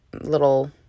little